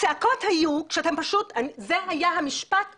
אז הצעקות היו שאתם פשוט זה היה המשפט שאמרתי.